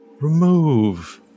Remove